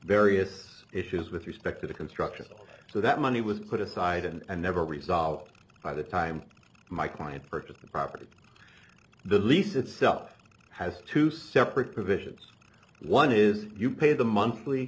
various issues with respect to the construction so that money was put aside and never resolved by the time my client purchased the property the lease itself has two separate provisions one is you pay the monthly